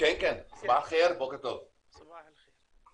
ותציג את הנושא מההיבט שבאת לדבר עליו.